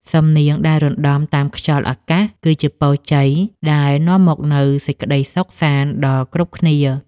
សំនៀងដែលរណ្ដំតាមខ្យល់អាកាស គឺជាពរជ័យដែលនាំមកនូវសេចក្ដីសុខសាន្តដល់គ្រប់គ្នា។